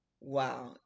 Wow